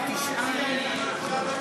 אבל אם המציע איננו,